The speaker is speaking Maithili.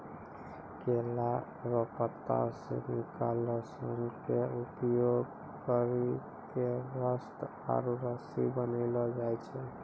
केला रो पत्ता से निकालो सन के उपयोग करी के वस्त्र आरु रस्सी बनैलो जाय छै